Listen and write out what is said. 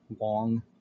long